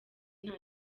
nta